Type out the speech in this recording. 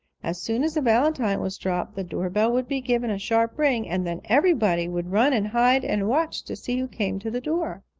as soon as a valentine was dropped the door bell would be given a sharp ring, and then everybody would run and hide and watch to see who came to the door.